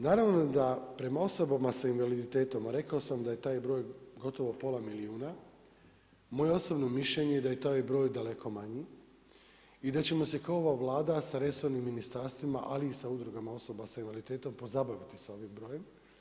Naravno da prema osobama sa invaliditetom a rekao sam da je taj broj gotovo pola milijuna moje osobno mišljenje je da je taj broj daleko manji i da ćemo se kao ova Vlada sa resornim ministarstvima ali i sa udrugama osoba sa invaliditetom pozabaviti sa ovim brojem.